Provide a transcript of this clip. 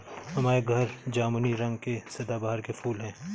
हमारे घर जामुनी रंग के सदाबहार के फूल हैं